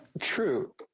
True